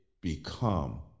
become